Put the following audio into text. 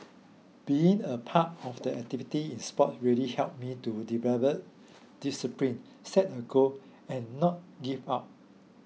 being a part of the activity in sport really helped me to develop discipline set a goal and not give up